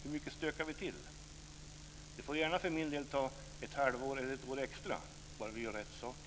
Hur mycket stökar vi till? Det får gärna för min del ta ett halvår eller ett år extra, bara vi gör rätt saker.